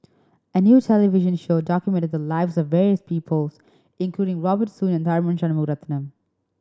a new television show document the lives of various people including Robert Soon and Tharman Shanmugaratnam